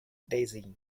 daisy